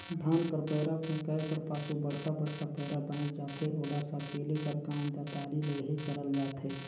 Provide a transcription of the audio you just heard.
धान कर पैरा फेकाए कर पाछू बड़खा बड़खा पैरा बाएच जाथे ओला सकेले कर काम दँतारी ले ही करल जाथे